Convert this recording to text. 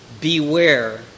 beware